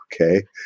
Okay